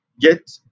get